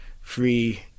free